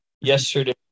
yesterday